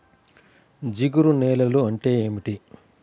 జిగురు నేలలు అంటే ఏమిటీ?